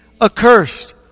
accursed